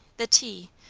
the tea,